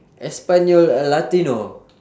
espanyol uh latino